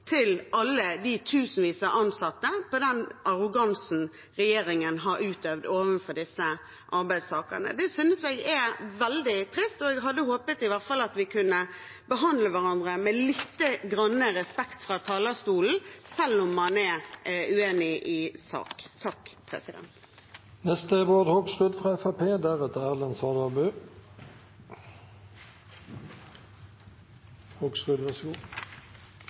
til alle de tusenvis av ansatte for den arrogansen regjeringen har utøvd overfor disse arbeidstakerne. Det synes jeg er veldig trist, og jeg hadde håpet at vi i hvert fall kunne behandle hverandre med litt respekt fra talerstolen, selv om man er uenig i sak. Representanten Myrseth var oppe og sa at regjeringen var så god